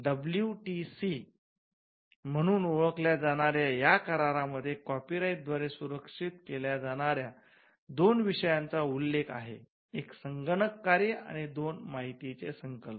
WCT म्हणून ओळखल्या जाणार्या या करारामध्ये कॉपीराइटद्वारे सुरक्षित केल्या जाणार्या दोन विषयांचा उल्लेख आहे एक संगणक कार्य आणि दोन माहितीचे संकलन